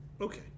Okay